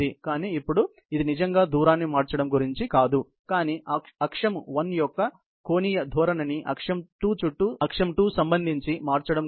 కానీ ఇప్పుడు ఇది నిజంగా దూరాన్ని మార్చడం గురించి కాదు కానీ అక్షం 1 యొక్క కోణీయ ధోరణిని అక్షం 2 సంబంధించి మార్చడం గురించి